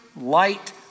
light